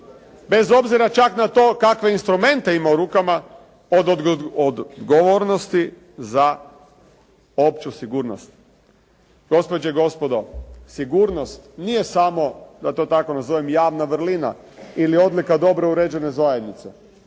bez obzira čak na to kakve instrumente ima u rukama od odgovornosti za opću sigurnost. Gospođe i gospodo, sigurnost nije samo da to tako nazovem javna vrlina ili odlika dobro uređene zajednice.